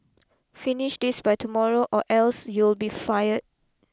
finish this by tomorrow or else you'll be fired